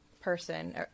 person